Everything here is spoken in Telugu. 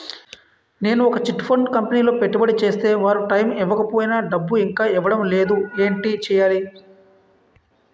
నేను ఒక చిట్ ఫండ్ కంపెనీలో పెట్టుబడి చేస్తే వారు టైమ్ ఇవ్వకపోయినా డబ్బు ఇంకా ఇవ్వడం లేదు ఏంటి చేయాలి?